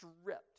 stripped